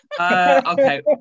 Okay